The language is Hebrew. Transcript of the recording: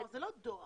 זה לא דואר.